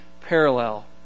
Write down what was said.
parallel